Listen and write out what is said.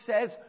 says